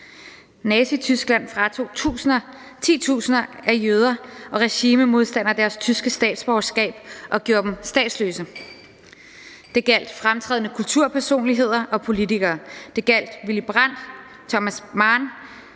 Nazityskland fratog titusinder af jøder og regimemodstandere deres tyske statsborgerskab og gjorde dem statsløse. Det gjaldt fremtrædende kulturpersonligheder og politikere. Det gjaldt Willy Brandt, Thomas Mann